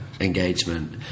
engagement